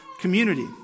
community